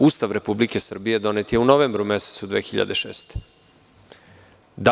Ustav Republike Srbije donet je u novembru mesecu 2006. godine.